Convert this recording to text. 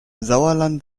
sauerland